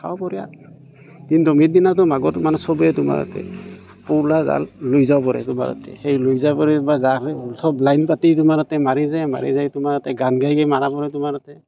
খাব পাৰি আৰু কিন্তু দোমাহীদিনাতো মানে মাঘৰ চবেই তোমাৰ তাতে পৌলা জাল লৈ যাব পাৰে তোমাৰ সেই লৈ যাব পাৰে বা যোৱা হয় সব লাইন পাতি তোমাৰ তাতে মাৰি যায় মাৰি যায় তোমাৰ তাতে গান গাই তোমাৰ তাতে